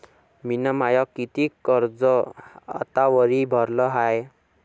मिन माय कितीक कर्ज आतावरी भरलं हाय?